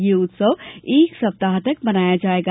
यह उत्सव एक सप्ताह तक मनाया जाएगा